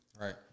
Right